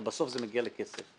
הרי בסוף זה מגיע לכסף.